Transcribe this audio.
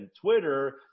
Twitter